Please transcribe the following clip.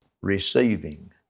receiving